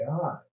God